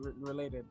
related